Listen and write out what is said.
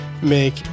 make